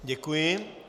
Děkuji.